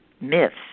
myths